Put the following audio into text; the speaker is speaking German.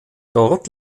dort